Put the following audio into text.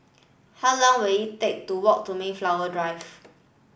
how long will it take to walk to Mayflower Drive